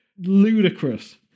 ludicrous